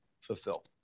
fulfill